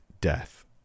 death